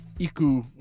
Iku